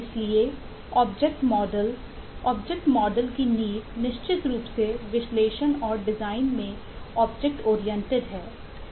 इसलिए object model है